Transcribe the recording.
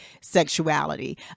sexuality